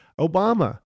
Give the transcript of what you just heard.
Obama